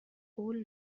قول